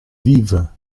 vives